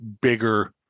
bigger